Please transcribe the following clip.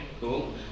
cool